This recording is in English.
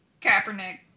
Kaepernick